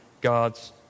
God's